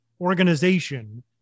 organization